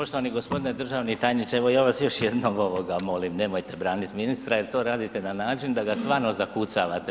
Poštovani g. državni tajniče, evo ja vas još jednom molim, nemojte branit ministra jer to radite na način da ga stvarno zakucavate.